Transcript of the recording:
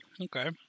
Okay